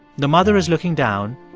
the mother is looking down.